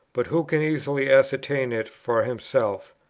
but who can easily ascertain it for himself?